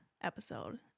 episode